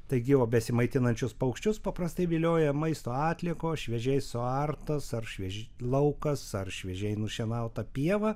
taigi o besimaitinančius paukščius paprastai vilioja maisto atliekos šviežiai suartas ar švieži laukas ar šviežiai nušienauta pieva